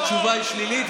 התשובה היא שלילית,